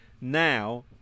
now